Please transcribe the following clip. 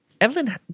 Evelyn